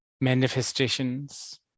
manifestations